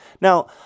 Now